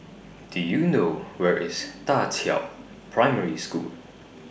Do YOU know Where IS DA Qiao Primary School